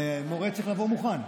ומורה צריך לבוא מוכן.